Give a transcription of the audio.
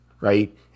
Right